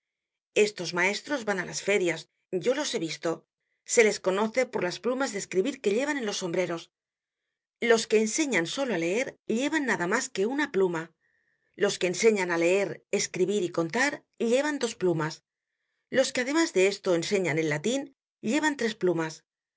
estos maestros van á las ferias yo los he visto se les conoce por las plumas de escribir que llevan en los sombreros los que enseñan solo á leer llevan nada mas que una pluma los que enseñan á leer escribir y contar llevan dos plumas los que además de esto enseñan el latin llevan tres plumas estos son los